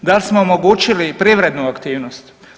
Da li smo omogućili privrednu aktivnost?